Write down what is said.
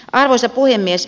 arvoisa puhemies